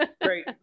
Great